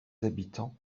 habitants